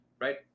right